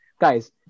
guys